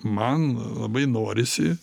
man labai norisi